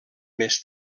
més